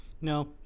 No